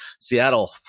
Seattle